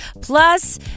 Plus